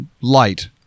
light